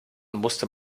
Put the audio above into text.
musste